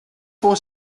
four